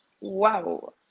Wow